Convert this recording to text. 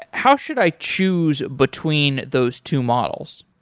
ah how should i choose between those two models?